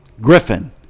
Griffin